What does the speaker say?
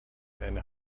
and